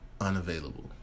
unavailable